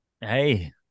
Hey